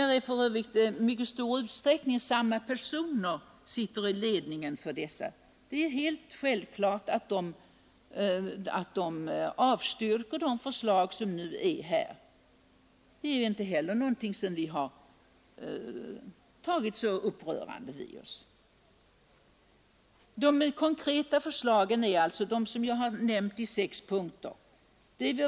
Det är för övrigt i mycket stor utsträckning samma personer som sitter i ledningen. Det är självklart att de avstyrker de förslag som nu föreligger. Det är heller inte någonting som vi blivit särskilt upprörda över. De konkreta förslagen som vi kommit med är de förslag som jag här har nämnt i sex punkter.